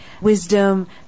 wisdom